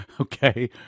Okay